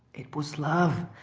it was love.